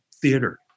theater